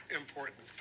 important